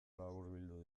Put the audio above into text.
laburbildu